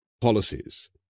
policies